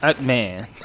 Man